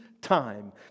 time